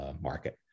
market